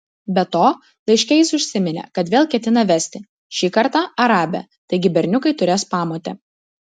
be to laiške jis užsiminė kad vėl ketina vesti šį kartą arabę taigi berniukai turės pamotę